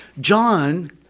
John